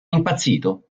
impazzito